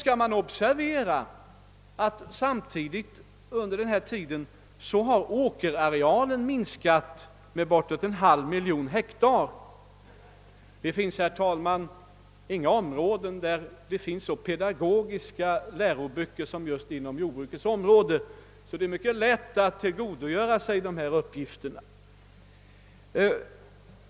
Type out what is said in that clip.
Man bör då observera, att åkerarealen under denna tid har minskat med bortåt en halv miljon hektar. Det finns, herr talman, inget område där det finns så pedagogiska läroböcker som just inom jordbruksområdet, så det är mycket lätt att tillgodogöra sig dessa uppgifter.